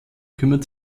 kümmert